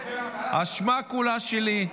האשמה כולה שלי.